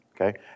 Okay